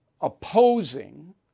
opposing